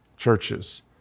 Churches